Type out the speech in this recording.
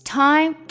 time